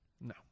No